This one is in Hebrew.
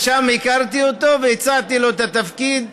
ושם הכרתי אותו והצעתי לו את התפקיד.